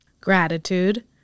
Gratitude